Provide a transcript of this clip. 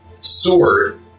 sword